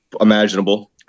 imaginable